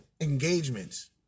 engagements